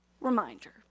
reminder